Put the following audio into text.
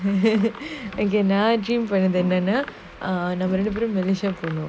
again ah நம்மரெண்டுபேரும்:namma renduperum malaysia போனோம்:ponom